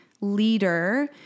leader